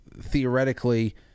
theoretically